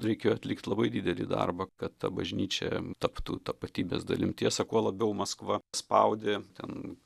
reikėjo atlikt labai didelį darbą kad ta bažnyčia taptų tapatybės dalim tiesa kuo labiau maskva spaudė ten